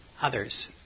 Others